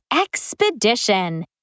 Expedition